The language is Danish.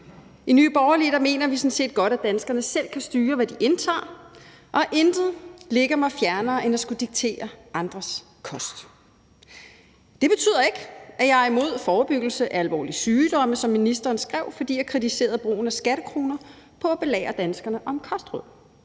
I Nye Borgerlige mener vi sådan set godt, at danskerne selv kan styre, hvad de indtager, og intet ligger mig fjernere end at skulle diktere andres kost. Det betyder ikke, at jeg er imod forebyggelse af alvorlige sygdomme, som ministeren skrev, fordi jeg kritiserede brugen af skattekroner på at belære danskerne om kostråd.